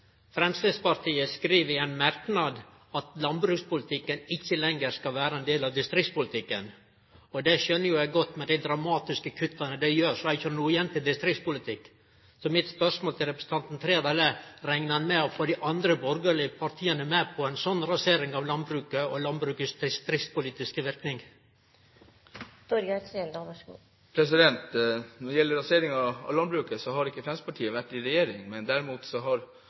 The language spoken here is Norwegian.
Framstegspartiet skriv i ein merknad at landbrukspolitikken ikkje lenger skal vere ein del av distriktspolitikken. Det skjøner eg jo godt. Med dei dramatiske kutta som dei gjer, er det ikkje noko igjen til distriktspolitikk. Mitt spørsmål til representanten Trældal er: Reknar han med å få dei andre borgarlege partia med på ei slik rasering av landbruket og landbrukets distriktspolitiske verknad? Når det gjelder rasering av landbruket, har ikke Fremskrittspartiet vært i regjering. Derimot har